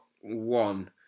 one